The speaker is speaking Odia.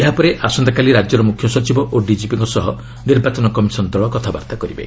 ଏହାପରେ ଆସନ୍ତାକାଲି ରାଜ୍ୟର ମୁଖ୍ୟ ସଚିବ ଓ ଡିକିପିଙ୍କ ସହ ନିର୍ବାଚନ କମିଶନ୍ ଦଳ କଥାବାର୍ତ୍ତା କରିବେ